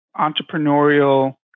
entrepreneurial